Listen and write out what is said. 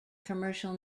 commercial